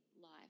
life